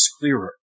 clearer